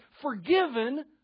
forgiven